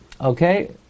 Okay